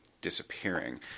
disappearing